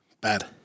bad